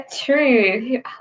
True